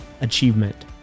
achievement